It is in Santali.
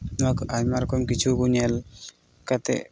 ᱱᱚᱣᱟ ᱠᱚ ᱟᱭᱢᱟ ᱨᱚᱠᱚᱢ ᱠᱤᱪᱷᱩ ᱠᱚ ᱧᱮᱞ ᱠᱟᱛᱮᱫ